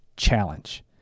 challenge